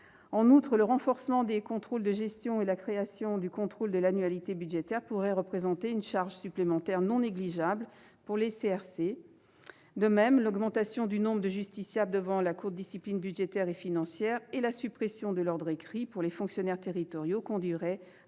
En outre, le renforcement des contrôles de gestion et la création du contrôle de l'annualité budgétaire pourraient représenter une charge supplémentaire non négligeable pour les CRC. De même, l'augmentation du nombre de justiciables devant la Cour de discipline budgétaire et financière et la suppression de l'« ordre écrit » pour les fonctionnaires territoriaux conduiraient à